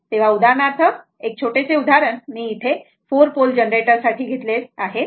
तेव्हा उदाहरणार्थ एक छोटेसे उदाहरण मी 4 पोल जनरेटर साठी घेतले बरोबर